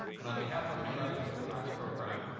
and on behalf of the graduate tax program,